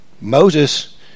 Moses